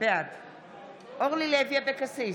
בעד אורלי לוי אבקסיס,